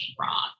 wrong